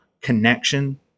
connection